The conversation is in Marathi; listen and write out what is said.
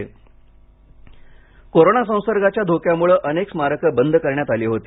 ताज महाल कोरोना संसर्गाच्या धोक्यामुळे अनेक स्मारकं बंद करण्यात आली होती